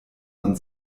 man